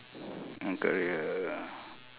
mm career